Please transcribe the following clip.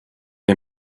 der